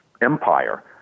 empire